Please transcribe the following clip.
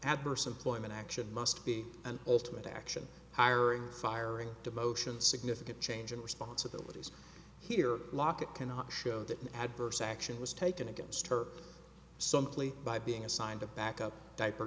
adverse employment action must be an ultimate action hiring firing demotions significant change in responsibilities here lockett cannot show that an adverse action was taken against her some plea by being assigned a back up diaper